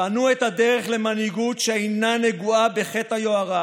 פנו את הדרך למנהיגות שאינה נגועה בחטא היוהרה